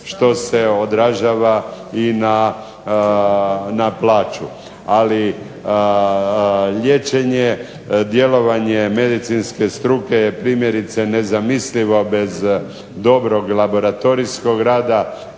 što se odražava i na plaću. Ali liječenje, djelovanje medicinske struke je primjerice nezamislivo bez dobrog laboratorijskog rada,